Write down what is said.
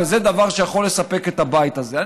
וזה דבר שיכול לספק את הבית הזה.